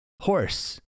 Horse